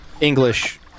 English